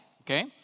Okay